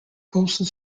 postal